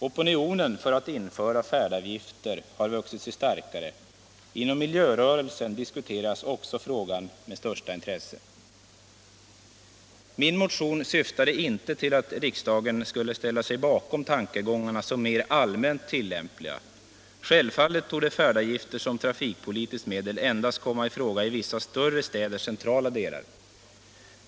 Opinionen för att införa färdavgifter har vuxit sig starkare, Inom miljörörelsen diskuteras också frågan med stort intresse. Min motion syftade inte till att riksdagen skulle ställa sig bakom tankegångarna som mer allmänt tillämpliga. Självfallet kan färdavgifter som trafikpolitiskt medel endast komma i fråga i vissa större städers centrala delar.